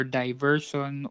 diversion